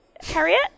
Harriet